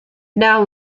now